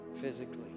physically